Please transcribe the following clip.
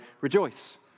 rejoice